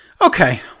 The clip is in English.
okay